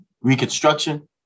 Reconstruction